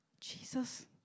Jesus